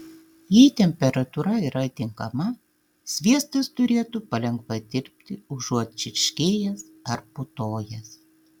jei temperatūra yra tinkama sviestas turėtų palengva tirpti užuot čirškėjęs ar putojęs